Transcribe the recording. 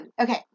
Okay